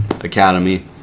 Academy